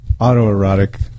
Autoerotic